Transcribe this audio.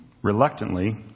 reluctantly